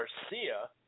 Garcia